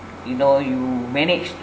you know you managed